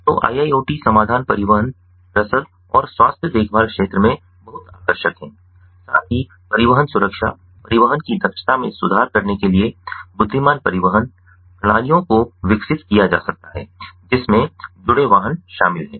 तो IIoT समाधान परिवहन रसद और स्वास्थ्य देखभाल क्षेत्र में बहुत आकर्षक हैं साथ ही परिवहन सुरक्षा परिवहन की दक्षता में सुधार करने के लिए बुद्धिमान परिवहन प्रणालियों को विकसित किया जा सकता है जिसमें जुड़े वाहन शामिल हैं